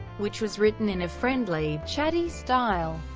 which was written in a friendly, chatty style.